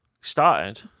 started